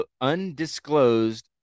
undisclosed